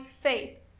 faith